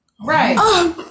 Right